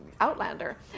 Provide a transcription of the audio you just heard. Outlander